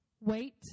Wait